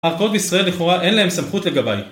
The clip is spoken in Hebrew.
הארכאות בישראל לכאורה אין להן סמכות לגביי